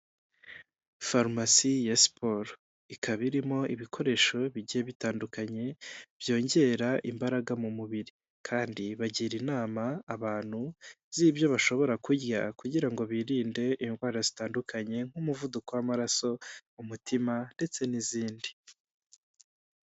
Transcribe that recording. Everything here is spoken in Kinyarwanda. Farumasi ya siporo ikaba irimo ibikoresho bigiye bitandukanye byongera imbaraga mu mubiri kandi bagira inama abantu z'ibyo bashobora kurya kugira ngo birinde indwara zitandukanye nk'umuvuduko w'amaraso, umutima ndetse n'izindi.